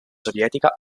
sovietica